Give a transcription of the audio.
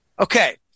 Okay